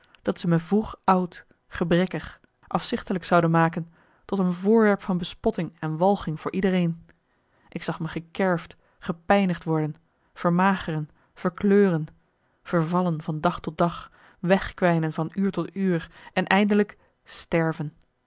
dat ze mij vroeg oud gebrekkig afzichtelijk zouden maken tot een voorwerp van bespotting en walging voor iedereen ik zag me gekerfd gepijnigd worden vermageren verkleuren vervallen van dag tot dag wegkwijnen van uur tot uur en eindelijk sterven